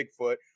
Bigfoot